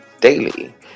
daily